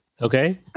Okay